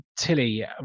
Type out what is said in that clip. Tilly